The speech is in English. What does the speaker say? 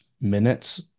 minutes